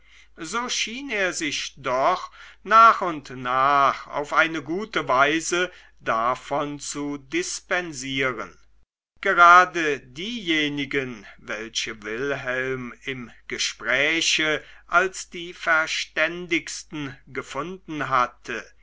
so schien er sich doch nach und nach auf eine gute weise davon zu dispensieren gerade diejenigen welche wilhelm im gespräche als die verständigsten gefunden hatte